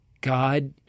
God